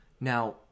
Now